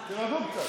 שלי, תירגעו קצת.